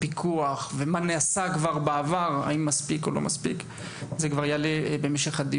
על נושא הפיקוח ועל מה שנעשה כבר בעבר ואחר כך ננסה להגיע למסקנות.